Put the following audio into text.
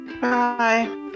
Bye